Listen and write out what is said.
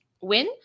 win